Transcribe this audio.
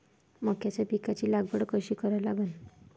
मक्याच्या पिकाची लागवड कशी करा लागन?